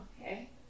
Okay